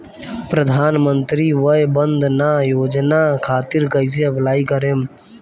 प्रधानमंत्री वय वन्द ना योजना खातिर कइसे अप्लाई करेम?